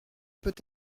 peut